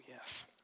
yes